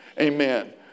Amen